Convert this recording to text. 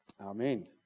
Amen